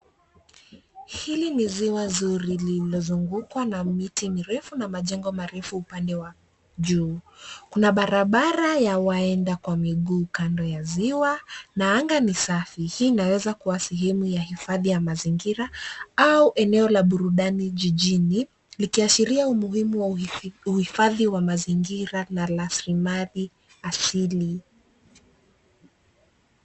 Hili ni ziwa nzuri lililozungukwa na miti mirefu na majengo marefu upande wa juu. Kuna barabara ya waenda kwa miguu kando ya ziwa na anga ni safi. Hii inaweza kuwa sehemu ya hifadhi ya mazingira au eneo la burudani jijini, likiashiria umuhimu wa uhifadhi wa mazingira na rasilimali asili.